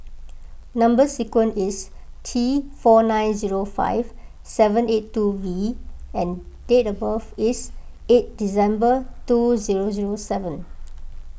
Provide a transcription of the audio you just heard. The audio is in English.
Number Sequence is T four nine zero five seven eight two V and date of birth is eight December two zero zero seven